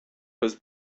was